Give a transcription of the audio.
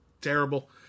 terrible